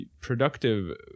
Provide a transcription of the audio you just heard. productive